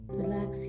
relax